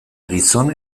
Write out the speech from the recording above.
gizon